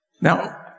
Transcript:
Now